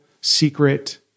secret